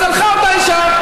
אז הלכה אותה אישה,